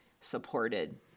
supported